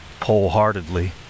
wholeheartedly